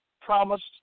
promised